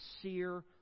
sincere